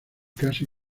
casi